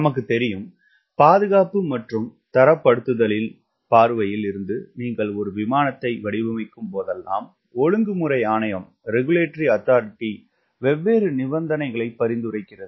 நமக்கு தெரியும் பாதுகாப்பு மற்றும் தரப்படுத்தலில் பார்வையில் இருந்து நீங்கள் ஒரு விமானத்தை வடிவமைக்கும் போதெல்லாம் ஒழுங்குமுறை ஆணையம் வெவ்வேறு நிபந்தனைகளை பரிந்துரைக்கிறது